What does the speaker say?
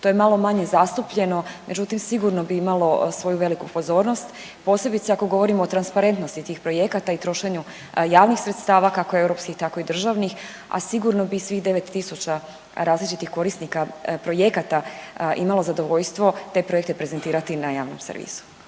To je malo manje zastupljeno, međutim sigurno bi imalo svoju veliku pozornost posebice ako govorimo o transparentnosti tih projekata i trošenju javnih sredstava kako europskih, tako i državnih. A sigurno bi i svih 9000 različitih korisnika projekata imalo zadovoljstvo te projekte prezentirati na javnom servisu.